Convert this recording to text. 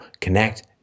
Connect